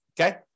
Okay